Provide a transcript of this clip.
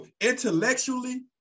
intellectually